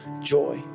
joy